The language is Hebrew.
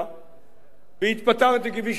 והתפטרתי כפי שהסברתי מדוע.